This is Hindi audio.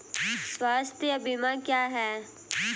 स्वास्थ्य बीमा क्या है?